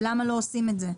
ולמה לא עושים את זה?